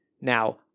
Now